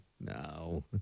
No